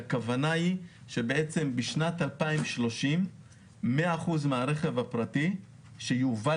הכוונה היא שבשנת 2030 100% מהרכב הפרטי שיובא